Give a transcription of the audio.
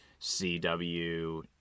CW